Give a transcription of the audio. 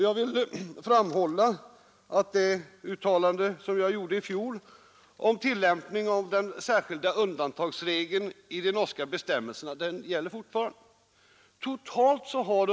Jag vill framhålla att det uttalande som jag gjorde i fjol om tillämpningen av den särskilda undantagsregeln i de norska bestämmelserna gäller fortfarande.